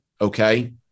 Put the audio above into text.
Okay